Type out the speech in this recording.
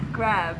grab